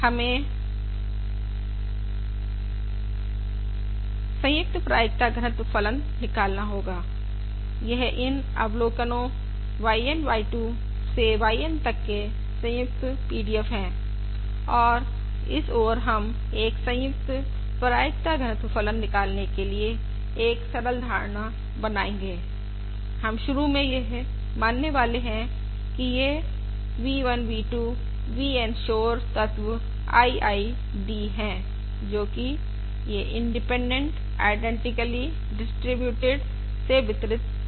हमें संयुक्त प्रायिकता घनत्व फलन निकालना होगा यह इन अवलोकनो y 1 y 2 से yN तक के संयुक्त PDF है और इस ओर हम एक संयुक्त प्रायिकता घनत्व फलन निकालने के लिए एक सरल धारणा बनाएंगे हम शुरू में यह मानने वाले हैं कि ये v 1 v 2 v N शोर तत्व IID हैं जो कि ये इंडिपेंडेंट आईडेंटिकली डिस्ट्रिब्यूटेड से वितरित हैं